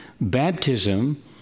Baptism